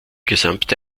gesamte